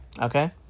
Okay